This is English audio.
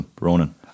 Ronan